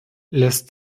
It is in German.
lässt